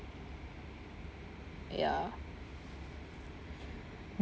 ya